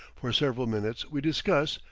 for several minutes we discuss,